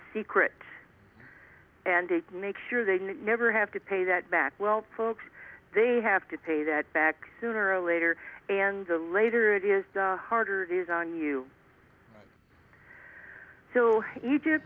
secret and to make sure they never have to pay that back well folks they have to pay that back sooner or later and the later it is the harder it is on you to